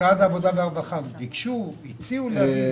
משרד העבודה ביקש להגיב?